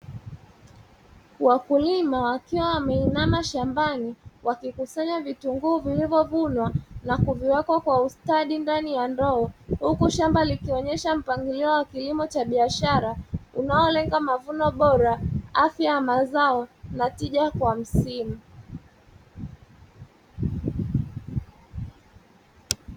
Wakulima wakiwa wameinama shambani wakikusanya vitunguu vilivyovunwa na kuviweka kwa ustadi ndani ya ndoo huku shamba likionyesha mpangilio wa kilimo cha biashara unaolenga mavuno bora, afya ya mazao na tija kwa msimu.